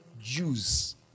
Jews